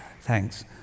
Thanks